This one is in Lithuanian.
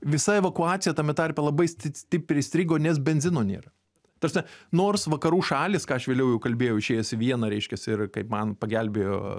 visa evakuacija tame tarpe labai stipriai strigo nes benzino nėra ta prasme nors vakarų šalys ką aš vėliau jau kalbėjau išėjęs į vieną reiškias ir kaip man pagelbėjo